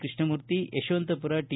Krishnamurthy Yeshwantpur T